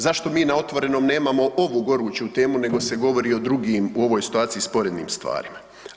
Zašto mi na Otvorenom nemamo ovu goruću temu nego se govori o drugim, u ovoj situaciji sporednim stvarima?